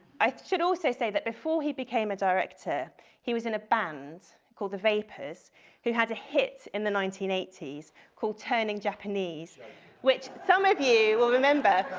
i should also say that before he became a director he was in a band called the vapors who had a hit in the nineteen eighty s called turning japanese which some of you will remember.